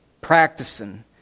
Practicing